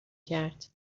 کرد